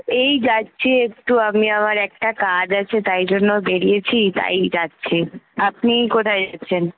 এই যাচ্ছি একটু আমি আমার একটা কাজ আছে তাই জন্য বেরিয়েছি তাই যাচ্ছি আপনি কোথায় যাচ্ছেন